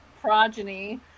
progeny